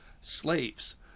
slaves